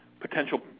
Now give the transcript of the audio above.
potential